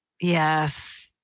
yes